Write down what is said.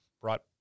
brought